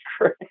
great